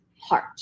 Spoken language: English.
heart